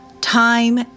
Time